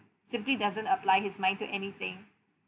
simply doesn't apply his mind to anything